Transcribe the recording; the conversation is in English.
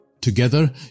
Together